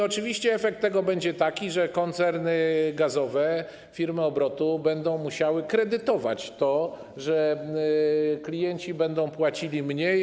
Oczywiście efekt tego będzie taki, że koncerny gazowe, firmy obrotu będą musiały kredytować to, że klienci będą płacili mniej.